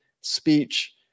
speech